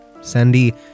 Sandy